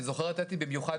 אני זוכר את אתי עטייה במיוחד,